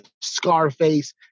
Scarface